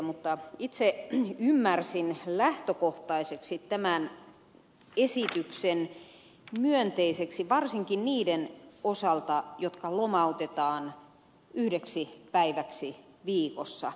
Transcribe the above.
mutta itse ymmärsin lähtökohtaisesti tämän esityksen myönteiseksi varsinkin niiden osalta jotka lomautetaan yhdeksi päiväksi viikossa